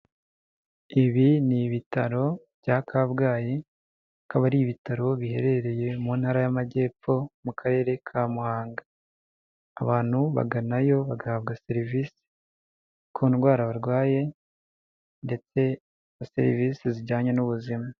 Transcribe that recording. Ibi ni ibitaro bya Kabgayi, akaba ari ibitaro biherereye mu Ntara y'Amajyepfo mu Karere ka Muhanga. Abantu baganayo bagahabwa serivisi ku ndwara barwaye ndetse na serivisi zijyanye n'ubuzima.